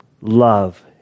love